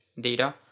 data